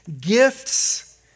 gifts